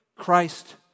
Christ